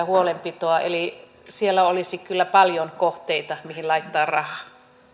huolenpitoa eli siellä olisi kyllä paljon kohteita mihin laittaa rahaa